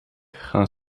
gaan